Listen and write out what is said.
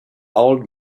old